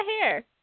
hair